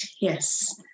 Yes